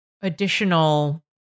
additional